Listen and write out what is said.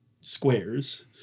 squares